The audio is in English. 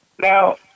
now